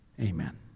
Amen